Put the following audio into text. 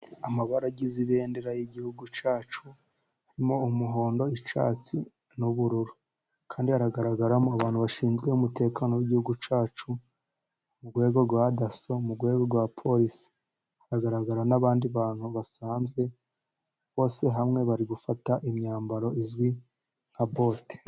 Amabara agize ibendera y'igihugu cyacu harimo umuhondo, icyatsi n'ubururu kandi haragaragaramo, abantu bashinzwe umutekano w'igihugu cyacu mu rwego rwa daso, mu rwego rwa polisi, hagaragara n'abandi bantu basanzwe bose hamwe, bari gufata imyambaro izwi nka bote.